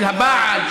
של הבעל,